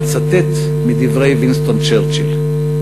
אצטט מדברי וינסטון צ'רצ'יל: